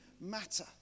Matter